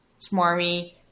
smarmy